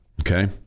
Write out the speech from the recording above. Okay